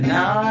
Now